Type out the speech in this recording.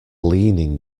leaning